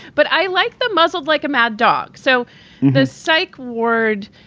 but i like the muscles like a mad dog. so the psych ward,